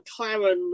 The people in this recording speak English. McLaren